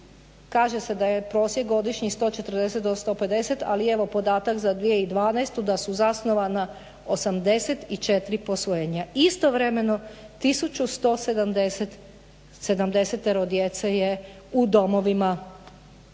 kaže se da je prosjek godišnji 140 do 150, ali evo podatak za 2012.da su zasnovana 84 posvojenja. Istovremeno 1170 djece je u domovima